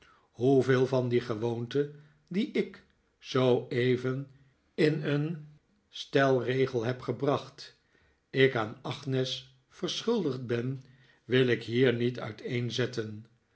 hoeveel van die gewoonte die ik zooeven in een stelregel heb gebracht ik aan agnes verschuldigd ben wil ik hier niet